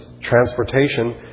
transportation